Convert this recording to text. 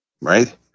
right